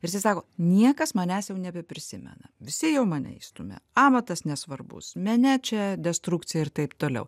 ir jisai sako niekas manęs jau nebeprisimena visi jau mane išstumia amatas nesvarbus mene čia destrukcija ir taip toliau